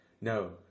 No